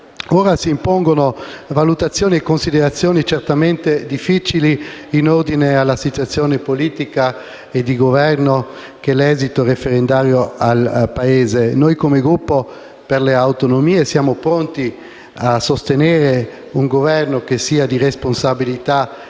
Ora si impongono valutazioni e considerazioni certamente difficili in ordine alla situazione politica e di Governo derivante dall'esito referendario. Come Gruppo per le Autonomie siamo pronti a sostenere un Governo di responsabilità